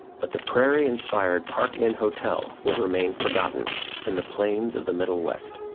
but the prairie inspired park inn hotel would remain forgotten in the plains of the middle west.